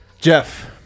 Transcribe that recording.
Jeff